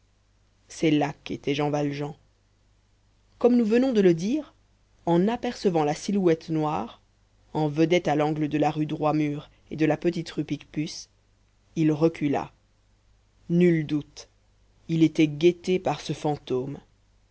c'est là qu'était jean valjean comme nous venons de le dire en apercevant la silhouette noire en vedette à l'angle de la rue droit mur et de la petite rue picpus il recula nul doute il était guetté par ce fantôme